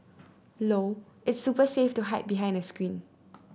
low its super safe to hide behind a screen